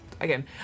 again